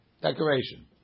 decoration